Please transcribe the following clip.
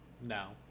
no